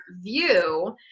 view